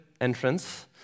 entrance